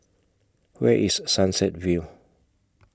Where IS Sunset View